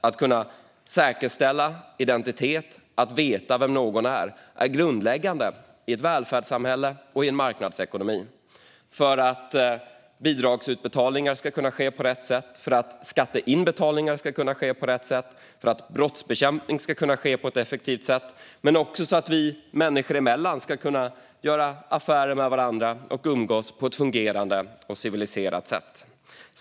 Att kunna säkerställa identitet, att veta vem någon är, är grundläggande i ett välfärdssamhälle och i en marknadsekonomi för att bidragsutbetalningar och skatteinbetalningar ska kunna ske på rätt sätt, för att brottsbekämpning ska kunna ske på ett effektivt sätt och för att människor ska kunna göra affärer med varandra och kunna umgås på ett fungerande och civiliserat sätt.